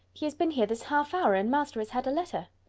he has been here this half-hour, and master has had a letter.